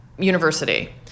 university